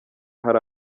hari